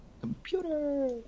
Computer